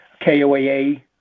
KOAA